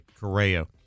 Correa